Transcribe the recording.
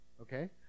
Okay